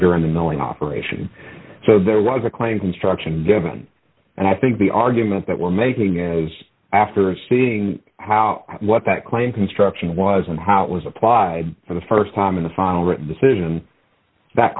during the milling operation so there was a claim construction given and i think the argument that we're making as after seeing how what that claim construction was and how it was applied for the st time in the final written decision that